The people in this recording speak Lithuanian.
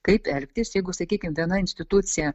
kaip elgtis jeigu sakykim viena institucija